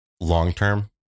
long-term